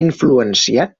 influenciat